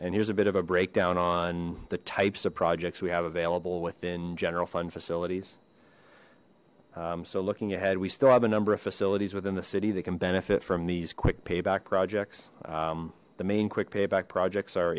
and here's a bit of a breakdown on the types of projects we have available within general fund facilities so looking ahead we still have a number of facilities within the city they can benefit from these quick payback projects the main quick payback projects are